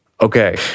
Okay